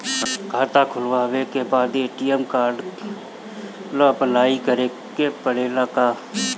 खाता खोलबाबे के बाद ए.टी.एम कार्ड ला अपलाई करे के पड़ेले का?